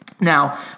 Now